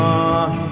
on